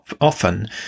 often